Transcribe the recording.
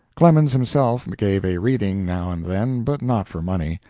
clemens himself gave a reading now and then, but not for money.